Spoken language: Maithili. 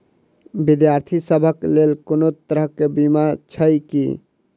विद्यार्थी सभक लेल कोनो तरह कऽ बीमा छई की?